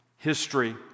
history